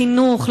לחינוך,